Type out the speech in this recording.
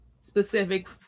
specific